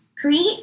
Create